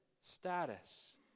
status